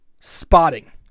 Spotting